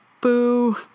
Boo